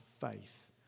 faith